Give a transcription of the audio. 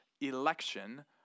election